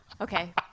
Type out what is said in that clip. Okay